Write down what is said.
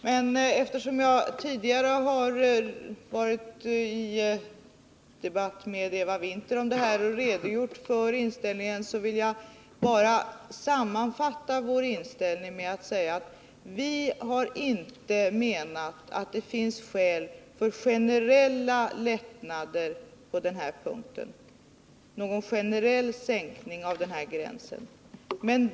Men eftersom jag redan har debatterat detta med Eva Winther och redogjort för vår inställning, vill jag bara sammanfatta med att säga att vi inte har menat att det finns skäl till någon generell sänkning av den här gränsen.